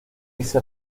irse